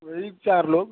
तो यही चार लोग